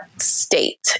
state